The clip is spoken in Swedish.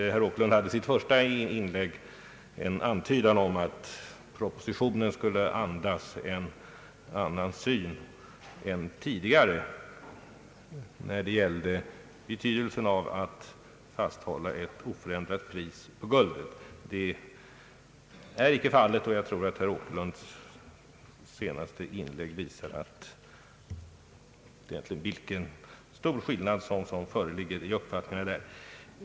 Herr Åkerlund gjorde i sitt första inlägg en antydan om att propositionen skulle andas en annan syn än tidigare när det gällde betydelsen av att fasthålla ett oförändrat pris på guldet. Det är icke fallet, och jag tror att herr Åkerlunds senaste inlägg visar vilken stor skillnad i uppfattning som här föreligger.